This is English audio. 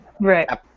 Right